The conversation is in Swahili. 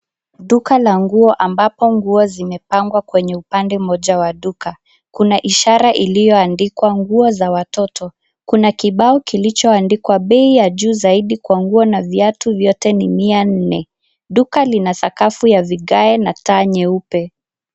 Duka la nguo ambapo nguo zimepangwa kwenye upande moja wa duka. Kuna ishara iliyoandikwa nguo za watoto, kuna kibao kilichoandikwa bei ya juu zaidi kwa nguo na viatu vyote ni mia nne. Duka lina sakafu ya vigae na taa nyeupe.